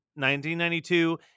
1992